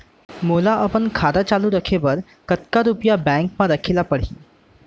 मोला अपन खाता चालू रखे बर कतका रुपिया बैंक म रखे ला परही?